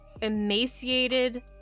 emaciated